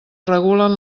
regulen